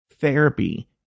Therapy